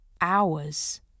hours